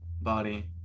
body